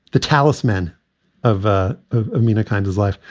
the talisman of ah amena kind of life.